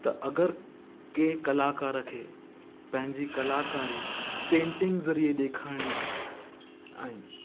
त अगरि कंहिं कलाकार खे पंहिंजी कलाकारी पेंटिंग ज़रीए ॾेखारिणी आहे ऐं